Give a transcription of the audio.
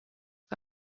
que